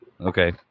Okay